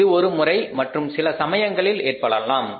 இது ஒரு முறை அல்லது சில சமயங்களில் ஏற்படலாம்